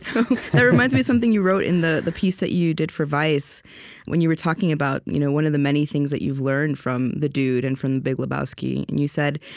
that reminds me of something you wrote in the the piece that you did for vice when you were talking about you know one of the many things that you've learned from the dude and from the big lebowski. and you said,